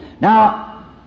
Now